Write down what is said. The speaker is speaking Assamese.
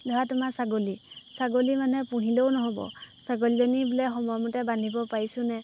ধৰা তোমাৰ ছাগলী ছাগলী মানে পুহিলেও নহ'ব ছাগলীজনী বোলে সময়মতে বান্ধিব পাৰিছোঁনে